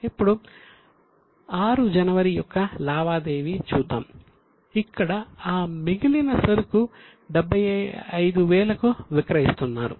ఇప్పుడు 6 జనవరి యొక్క లావాదేవి చూద్దాం ఇక్కడ అ మిగిలిన సరుకు 75000 కు విక్రయిస్తున్నారు